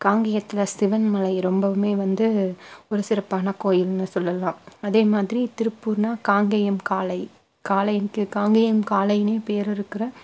காங்கேயத்தில் சிவன்மலை ரொம்பவுமே வந்து ஒரு சிறப்பான கோயில்னு சொல்லலாம் அதே மாதிரி திருப்பூர்னா காங்கேயம் காளை காளையிங்க்கு காங்கேயம் காளையினே பேர் இருக்கிற